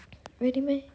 really meh